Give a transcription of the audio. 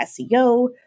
SEO